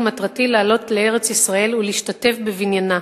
ומטרתי לעלות לארץ-ישראל ולהשתתף בבניינה.